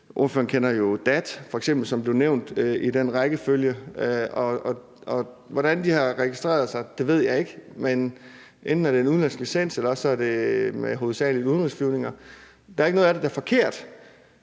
Ordføreren kender jo DAT f.eks., som blev nævnt fra listen. Hvordan de har registreret sig, ved jeg ikke, men enten er det en udenlandsk licens, eller også er det hovedsagelig med udenrigsflyvninger. Der er ikke noget af det, der er forkert,